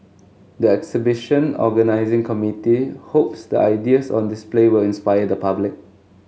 the exhibition organising committee hopes the ideas on display will inspire the public